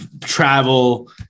travel